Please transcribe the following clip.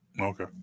Okay